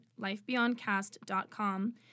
lifebeyondcast.com